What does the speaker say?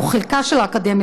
או חלקה של האקדמיה,